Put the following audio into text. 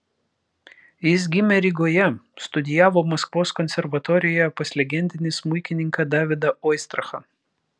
jis gimė rygoje studijavo maskvos konservatorijoje pas legendinį smuikininką davidą oistrachą